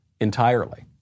entirely